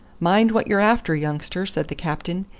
mind what you're after, youngster, said the captain.